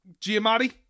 Giamatti